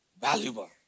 valuable